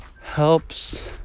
helps